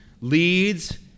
leads